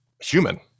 human